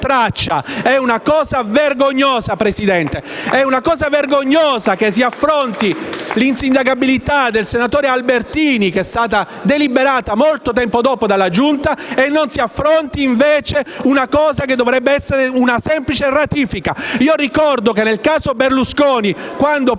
dal Gruppo M5S)*. È una cosa vergognosa che si affronti l'insindacabilità del senatore Albertini, che è stata deliberata molto tempo dopo dalla Giunta, e non si affronti, invece, quella che dovrebbe essere una semplice ratifica. Ricordo che nel caso di Berlusconi, quando probabilmente